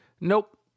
Nope